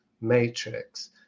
matrix